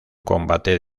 combate